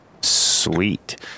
Sweet